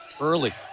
early